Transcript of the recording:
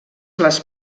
les